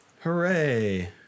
Hooray